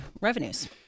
revenues